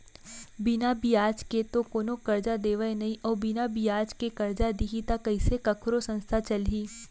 बिना बियाज के तो कोनो करजा देवय नइ अउ बिना बियाज के करजा दिही त कइसे कखरो संस्था चलही